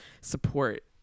support